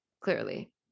clearly